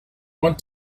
want